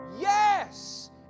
Yes